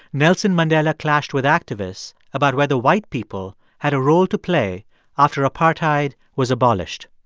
nelson mandela clashed with activists about whether white people had a role to play after apartheid was abolished.